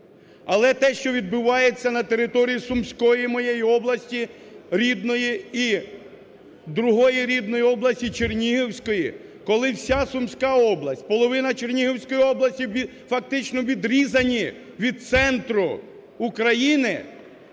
Але те, що відбувається на території Сумської, моєї області рідної і другої рідної області – Чернігівської, коли вся Сумська область, половина Чернігівської області фактично відрізані від центру України,